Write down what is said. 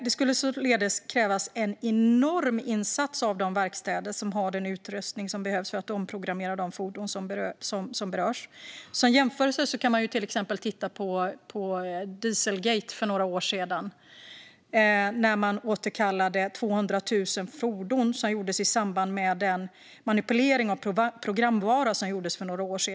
Det skulle således krävas en enorm insats av de verkstäder som har den utrustning som behövs för att omprogrammera de fordon som berörs. Som jämförelse kan man till exempel titta på "dieselgate" för några år sedan när man återkallade 200 000 fordon i samband med en manipulering av programvara.